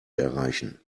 erreichen